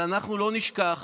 אבל אנחנו לא נשכח